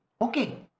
okay